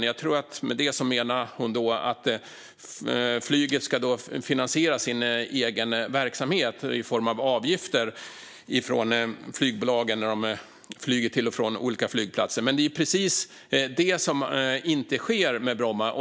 Med det tror jag att hon menar att flyget ska finansiera sin egen verksamhet i form av avgifter från flygbolagen när de flyger till och från olika flygplatser. Det är dock precis det som inte sker med Bromma.